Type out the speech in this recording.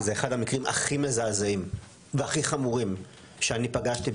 זה אחד המקרים הכי מזעזעים והכי חמורים שאני פגשתי,